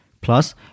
Plus